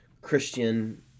Christian